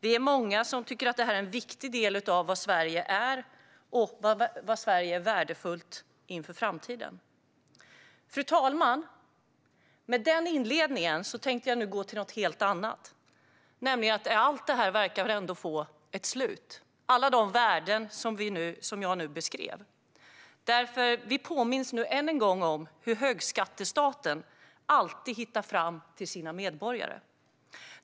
Vi är många som tycker att det här är en viktig del av vad Sverige är och vad Sverige är värdefullt för inför framtiden. Fru talman! Efter den inledningen tänker jag nu gå över till någonting helt annat, nämligen att allt det här, alla de värden som jag nu beskrev, ändå verkar få ett slut. Vi påminns nu än en gång om hur högskattestaten alltid hittar fram till sina medborgare.